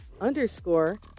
underscore